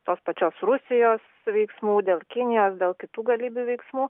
tos pačios rusijos veiksmų dėl kinijos dėl kitų galybių veiksmų